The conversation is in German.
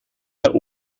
der